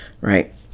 right